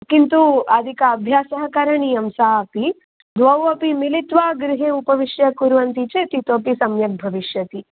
किन्तु अधिक अभ्यासः करणीयं सा अपि द्वौ अपि मिलित्वा गृहे उपविश्य कुर्वन्ति चेत् इतोपि सम्यक् भविष्यति